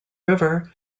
river